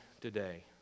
today